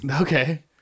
okay